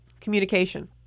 communication